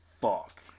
Fuck